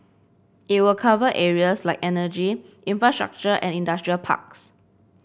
it will cover areas like energy infrastructure and industrial parks